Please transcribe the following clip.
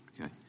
Okay